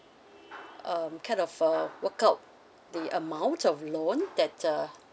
uh kind of uh workout the amount of loan that uh